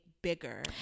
bigger